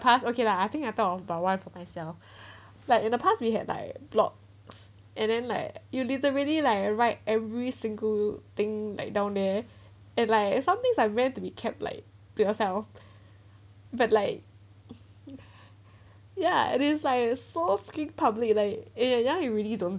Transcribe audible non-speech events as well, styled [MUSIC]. past okay lah I think I thought but one for myself like in the past we had like blogs and then like you literally like write every single thing like down there and like somethings like I let it to be kept like to yourself but like [LAUGHS] ya it is like so freaking public like eh ya you really don't